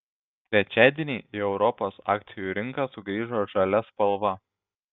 trečiadienį į europos akcijų rinką sugrįžo žalia spalva